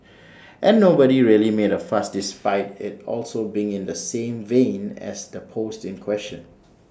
and nobody really made A fuss despite IT also being in the same vein as the post in question